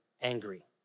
angry